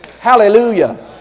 Hallelujah